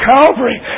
Calvary